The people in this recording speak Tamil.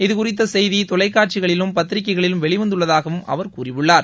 இதுகுறித்த சு செய்தி தொலைக்காட்சிகளிலும் பத்திரிகைகளிலும் வெளி வந்துள்ளதாகவும் அவர் கூறியுள்ளார்